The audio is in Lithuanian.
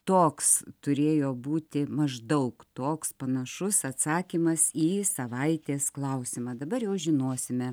toks turėjo būti maždaug toks panašus atsakymas į savaitės klausimą dabar jau žinosime